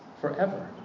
forever